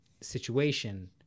situation